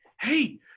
hey